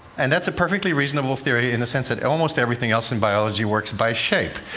and that's a perfectly reasonable theory in the sense that almost everything else in biology works by shape.